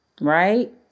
Right